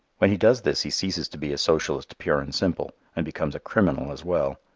when he does this he ceases to be a socialist pure and simple and becomes a criminal as well.